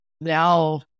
now